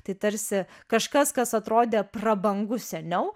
tai tarsi kažkas kas atrodė prabangus seniau